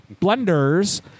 blenders